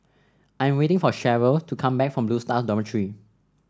I am waiting for Cheryl to come back from Blue Stars Dormitory